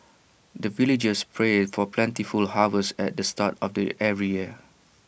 the villagers pray for plentiful harvest at the start of the every year